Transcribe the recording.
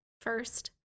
first